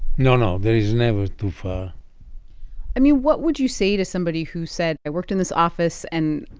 no, no. there is never too far i mean, what would you say to somebody who said, i worked in this office and,